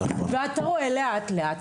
ואתה רואה לאט לאט,